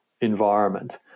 environment